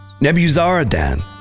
Nebuzaradan